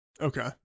Okay